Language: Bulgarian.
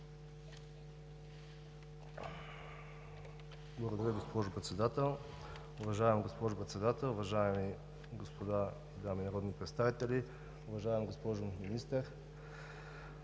Благодаря, госпожо Председател. Уважаема госпожо Председател, уважаеми госпожи и господа народни представители! Уважаема госпожо Министър,